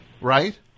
Right